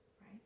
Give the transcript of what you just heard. right